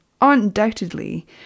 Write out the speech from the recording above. undoubtedly